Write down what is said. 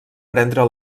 prendre